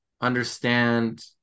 understand